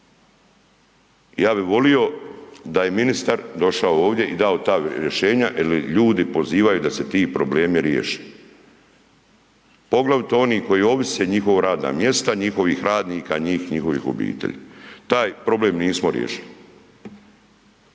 Ja bi volio da je ministar došao ovdje i dao ta rješenja jel ljudi pozivaju da se ti problemi riješe, poglavito oni koji ovise, njihova radna mjesta, njihovih radnika, njih i njihovih obitelji. Taj problem nismo riješili.